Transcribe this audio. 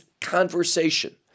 conversation